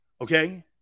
okay